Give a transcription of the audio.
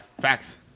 Facts